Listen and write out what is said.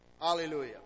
Hallelujah